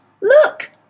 Look